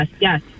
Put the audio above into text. Yes